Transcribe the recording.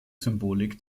symbolik